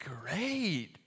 great